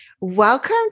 welcome